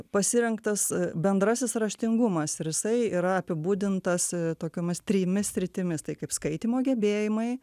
pasirinktas bendrasis raštingumas ir jisai yra apibūdintas tokiomis trimis sritimis tai kaip skaitymo gebėjimai